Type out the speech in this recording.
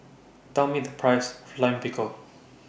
Tell Me The Price of Lime Pickle